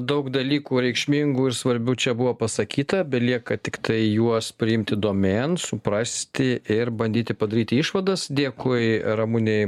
daug dalykų reikšmingų ir svarbių čia buvo pasakyta belieka tiktai juos priimti domėn suprasti ir bandyti padaryti išvadas dėkui ramunei